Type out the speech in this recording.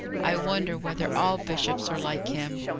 i wonder whether all bishops are like him!